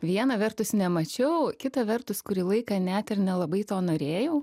viena vertus nemačiau kita vertus kurį laiką net ir nelabai to norėjau